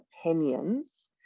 opinions